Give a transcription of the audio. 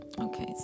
Okay